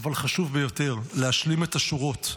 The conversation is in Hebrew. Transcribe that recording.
אבל חשוב ביותר, להשלים את השורות.